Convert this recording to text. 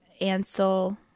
ansel